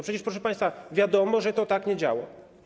Przecież proszę państwa, wiadomo, że to tak nie działa.